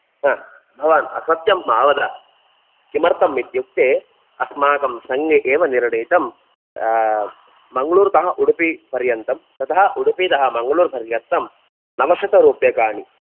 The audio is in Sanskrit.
हा भवान् असत्यं मा वद किमर्थम् इत्युक्ते अस्माकं सङ्घे एव निर्णीतम् मङ्गळूर्तः उडुपि पर्यन्तं ततः उडुपितः मङ्गळूर् पर्यन्तं नवशत रूप्यकाणि